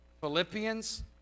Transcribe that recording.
Philippians